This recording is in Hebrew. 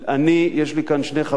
יש לי כאן שני חברים,